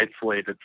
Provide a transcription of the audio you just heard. isolated